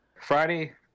Friday